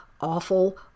awful